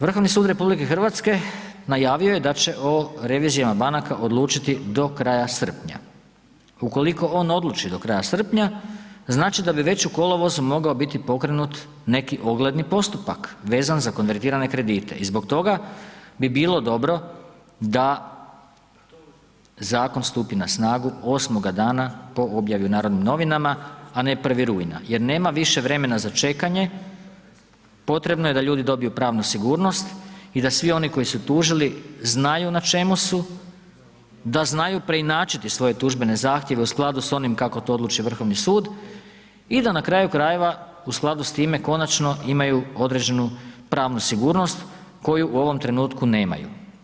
Vrhovni sud RH najavio je da će o revizijama banaka odlučiti do kraja srpnja, ukoliko on odluči do kraja srpnja, znači da bi već u kolovozu mogao biti pokrenut neki ogledni postupak vezan za konvertirane kredite i zbog toga bi bilo dobro da zakon stupi na snagu osmoga dana po objavi u Narodnim novinama, a ne 1. rujna jer nema više vremena za čekanje, potrebno je da ljudi dobiju pravnu sigurnost i da svi oni koji su tužili znaju na čemu su, da znaju preinačiti svoje tužbene zahtjeve u skladu s onim kako to odluči Vrhovni sud i da na kraju krajeva u skladu s time konačno imaju određenu pravnu sigurnost koju u ovom trenutku nemaju.